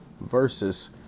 versus